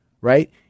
right